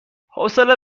حوصله